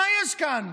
מה יש כאן?